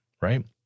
right